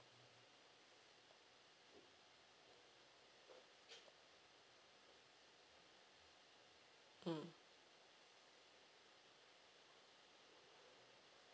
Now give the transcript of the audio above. mm